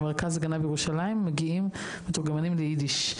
למרכז הגנה בירושלים מגיעים מתורגמנים לאידיש.